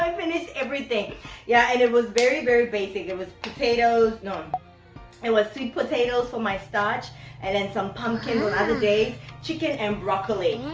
like finished everything yeah and it was very very basic it was potatoes, no it and was sweet potatoes for my starch and then some pumpkins on other days chicken and broccoli,